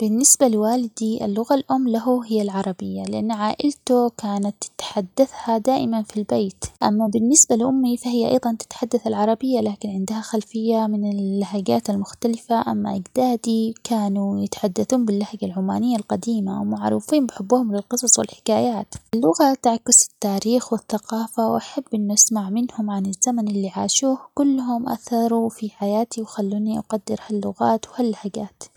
بالنسبة لوالدي اللغة الأم له هي العربية لأن عائلته كانت تتحدثها دائماً في البيت أما بالنسبة لأمي فهي أيضاً تتحدث العربية لكن عندها خلفية من اللهجات المختلفة، أما أجدادي كانوا يتحدثون باللهجة العمانية القديمة ومعروفين بحبهم للقصص والحكايات، اللغة تعكس التاريخ والثقافة وأحب إنو أسمع منهم عن الزمن اللي عاشوه. كلهم أثروا في حياتي وخلوني أقدر هاللغات وهاللهجات.